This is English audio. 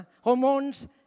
hormones